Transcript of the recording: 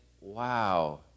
wow